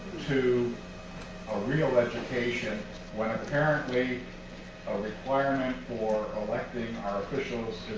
to a real education when apparently a requirement for electing our officials